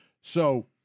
So-